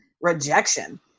rejection